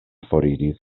foriris